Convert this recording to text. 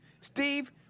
Steve